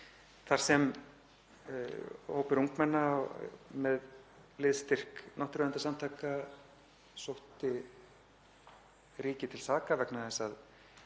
þar sem hópur ungmenna með liðsstyrk náttúruverndarsamtaka sótti ríkið til saka vegna þess að